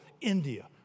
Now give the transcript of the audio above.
India